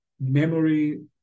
memory